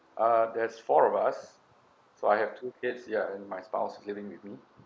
uh there's four of us so I have two kids ya and my spouse living with me